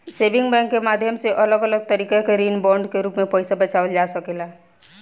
saving bank के माध्यम से अलग अलग तरीका के ऋण बांड के रूप में पईसा बचावल जा सकेला